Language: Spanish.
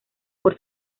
por